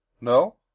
no